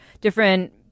different –